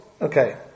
okay